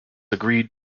agreed